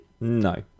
no